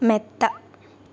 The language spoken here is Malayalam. മെത്ത